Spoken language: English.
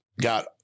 got